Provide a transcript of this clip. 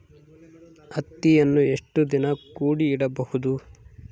ಹತ್ತಿಯನ್ನು ಎಷ್ಟು ದಿನ ಕೂಡಿ ಇಡಬಹುದು?